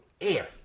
Air